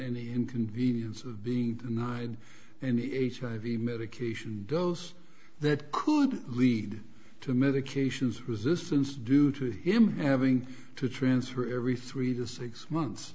any inconvenience being denied any age hiv medication those that could lead to medications resistance due to him having to transfer every three to six months